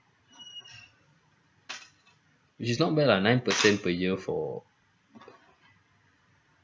which is not bad lah nine percent per year for